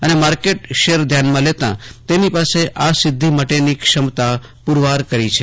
અને market share ધ્યાનમાં લેતા તેની પાસે આ સિદ્ધિ માટેની ક્ષમતા પુરવાર કરી છે